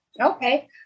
okay